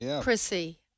Prissy